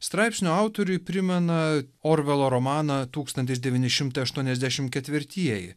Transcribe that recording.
straipsnio autoriui primena orvelo romaną tūkstantis devyni šimtai aštuoniasdešim ketvirtieji